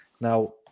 Now